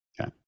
Okay